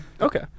Okay